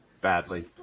badly